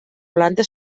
planta